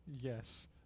Yes